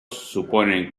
suponen